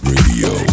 Radio